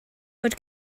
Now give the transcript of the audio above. fod